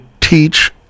teach